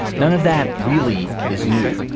none of that really is new,